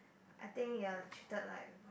I think you are treated like